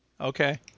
Okay